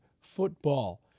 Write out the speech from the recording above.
football